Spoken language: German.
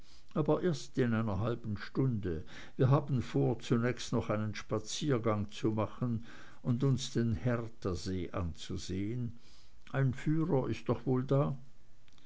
aber erst nach einer halben stunde wir haben vor zunächst noch einen spaziergang zu machen und uns den herthasee anzusehen ein führer ist doch wohl da